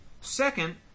Second